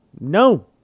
No